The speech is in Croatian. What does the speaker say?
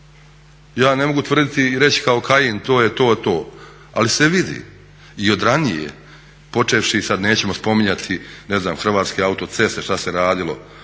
Ja ne mogu tvrditi i reći kao Kajin to je to i to, ali se vidi i od ranije počevši sada nećemo spominjati ne znam Hrvatske autoceste šta se radilo,